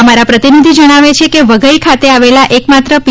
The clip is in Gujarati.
અમારા પ્રતિનિધિ જણાવે છે કે વધઇ ખાતે આવેલા એકમાત્ર પી